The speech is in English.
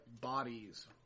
bodies